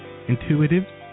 intuitive